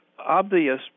obvious